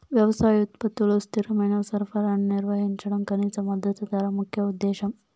వ్యవసాయ ఉత్పత్తుల స్థిరమైన సరఫరాను నిర్వహించడం కనీస మద్దతు ధర ముఖ్య ఉద్దేశం